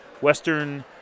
Western